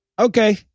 Okay